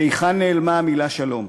להיכן נעלמה המילה "שלום"?